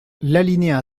l’alinéa